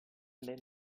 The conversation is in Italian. ben